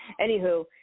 Anywho